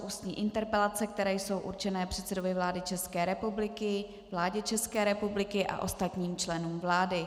Ústní interpelace jsou určené předsedovi vlády České republiky, vládě České republiky a ostatním členům vlády.